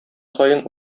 саен